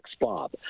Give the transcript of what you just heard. Bob